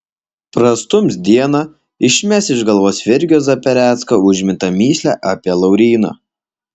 prastums dieną išmes iš galvos virgio zaperecko užmintą mįslę apie lauryną